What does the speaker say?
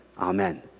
Amen